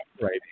Right